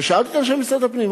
ושאלתי את אנשי משרד הפנים,